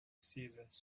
seasons